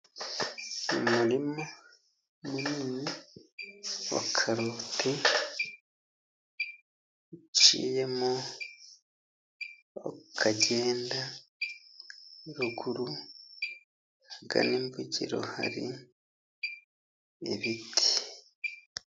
Umurima munini wa karoti uciyemo bakagenda ruguru ahagana imbugiro hari ibiti.